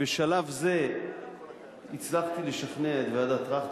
כל אלה הם נושאים שבשלב זה הצלחתי לשכנע את ועדת-טרכטנברג.